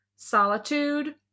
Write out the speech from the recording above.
solitude